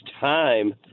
time